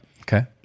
Okay